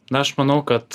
na aš manau kad